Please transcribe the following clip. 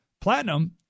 platinum